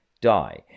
die